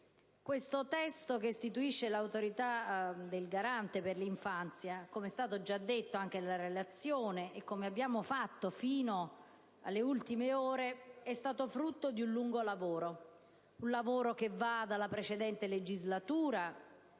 Questo testo che istituisce l'Autorità garante per l'infanzia, come è stato già detto anche nella relazione e come abbiamo fatto fino alle ultime ore, è stato frutto di un lungo lavoro che va dalla precedente legislatura